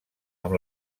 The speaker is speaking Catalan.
amb